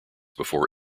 before